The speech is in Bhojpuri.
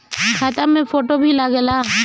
खाता मे फोटो भी लागे ला?